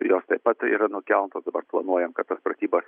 jos taip pat yra nukeltos planuojam kad per pratybas